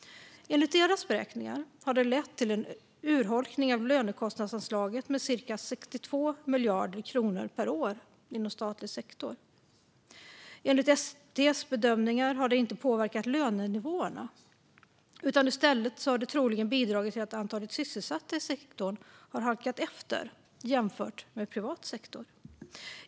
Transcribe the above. Enligt deras beräkningar har det lett till en urholkning av lönekostnadsanslagen med cirka 62 miljarder kronor per år inom statlig sektor. Enligt ST:s bedömningar har det inte påverkat lönenivåerna utan i stället troligen bidragit till att antalet sysselsatta i sektorn har halkat efter jämfört med privat sektor.